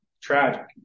Tragic